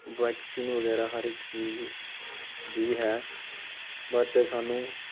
vaccine ਵਗੈਰਾ ਹਰ ਇੱਕ ਚੀਜ਼ ਵੀ ਹੈ ਬਟ ਸਾਨੂੰ